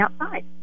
outside